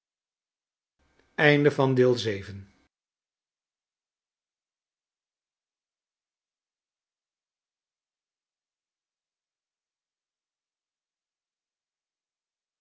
hoogte van zeven